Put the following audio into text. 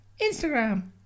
Instagram